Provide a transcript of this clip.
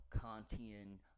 Kantian